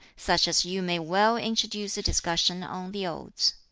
such as you may well introduce a discussion on the odes.